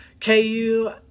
KU